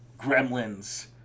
Gremlins